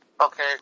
Okay